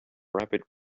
rapid